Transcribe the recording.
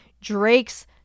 Drake's